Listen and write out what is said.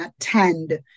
attend